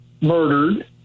murdered